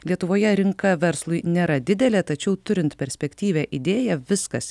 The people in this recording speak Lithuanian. lietuvoje rinka verslui nėra didelė tačiau turint perspektyvią idėją viskas